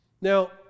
Now